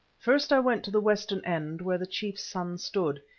first i went to the western end where the chief's son stood.